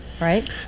right